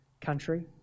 country